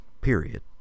period